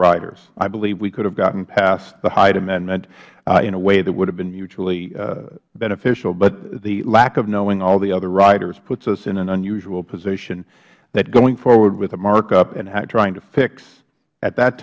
riders i believe we could have gotten past the hyde amendment in a way that would have been mutually beneficial but the lack of knowing all the other riders puts us in an unusual position that going forward with the markup and trying to fix at that